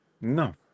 No